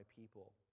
people